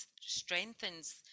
strengthens